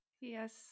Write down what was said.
yes